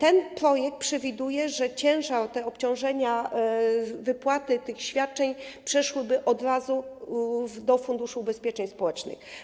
Ten projekt przewiduje, że ciężar, te obciążenia, wypłaty tych świadczeń przeszłyby od razu do Funduszu Ubezpieczeń Społecznych.